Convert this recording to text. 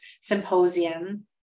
symposium